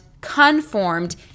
conformed